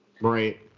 Right